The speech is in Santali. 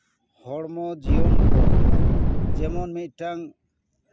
ᱦᱚᱲᱢᱚ ᱡᱤᱭᱚᱱ ᱠᱚ ᱡᱮᱢᱚᱱ ᱢᱤᱫᱴᱟᱝ